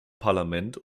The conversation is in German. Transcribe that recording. parlament